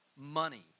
money